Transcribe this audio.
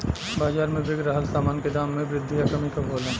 बाज़ार में बिक रहल सामान के दाम में वृद्धि या कमी कब होला?